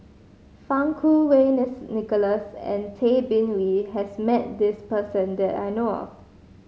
Fang Kuo Wei Nicholas and Tay Bin Wee has met this person that I know of